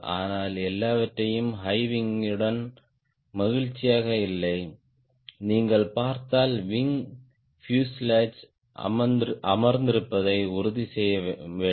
ஆனால் எல்லாவற்றையும் high wing யுடன் மகிழ்ச்சியாக இல்லை நீங்கள் பார்த்தால் விங் பியூசேலாஜ் அமர்ந்திருப்பதை உறுதி செய்ய வேண்டும்